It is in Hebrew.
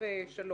סעיפים 3,